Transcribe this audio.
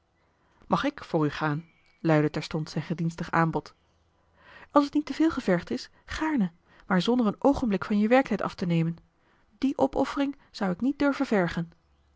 mag ik voor u gaan luidde terstond zijn gedienstig aanbod als t niet te veel gevergd is gaarne maar zonder een oogenblik van je werktijd af te nemen die opoffering zou ik niet durven vergen